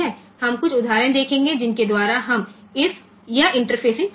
हम कुछ उदाहरण देखेंगे जिनके द्वारा हम यह इंटरफेसिंग कर सकते हैं